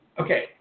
okay